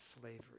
slavery